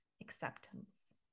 acceptance